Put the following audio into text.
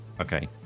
Okay